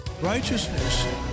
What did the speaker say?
Righteousness